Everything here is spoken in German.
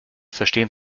verstehen